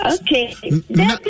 Okay